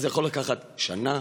זה יכול לקחת שנה,